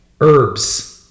herbs